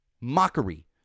Mockery